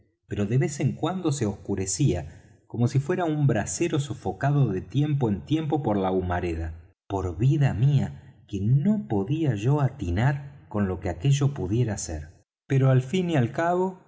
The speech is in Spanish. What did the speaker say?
pero de vez en cuando se oscurecía como si fuera un brasero sofocado de tiempo en tiempo por la humareda por vida mía que no podía yo atinar con lo que aquello pudiera ser pero al fin y al cabo